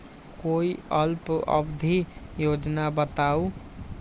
कोई अल्प अवधि योजना बताऊ?